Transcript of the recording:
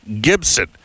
Gibson